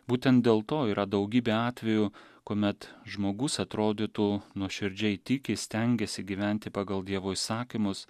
būtent dėl to yra daugybė atvejų kuomet žmogus atrodytų nuoširdžiai tiki stengiasi gyventi pagal dievo įsakymus